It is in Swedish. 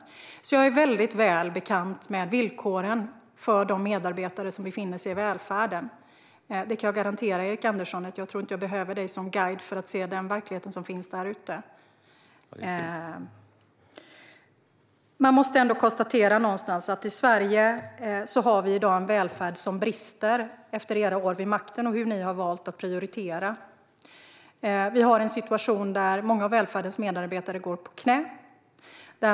Jag är alltså väldigt väl bekant med villkoren för medarbetarna inom välfärden. Det kan jag garantera dig, Erik Andersson. Jag tror inte att jag behöver dig som guide för att se den verklighet som finns där ute. Man måste ändå konstatera att efter era år vid makten och efter de prioriteringar som ni valde att göra har vi i Sverige i dag en välfärd som brister. Vi har en situation där många av välfärdens medarbetare går på knä.